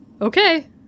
Okay